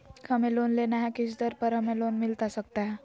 हमें लोन लेना है किस दर पर हमें लोन मिलता सकता है?